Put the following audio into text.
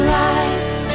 life